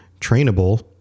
trainable